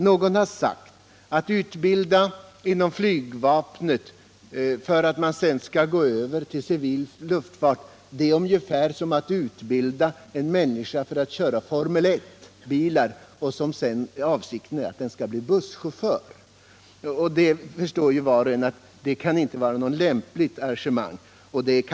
Någon har sagt att utbildning inom flygvapnet för civil luftfart är ungefär detsamma som att på Formel 1-bilar utbilda en människa som skall bli busschaufför. Var och en förstår att det inte kan vara något lämpligt arrangemang.